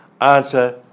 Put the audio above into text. answer